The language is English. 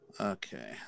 Okay